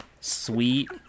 sweet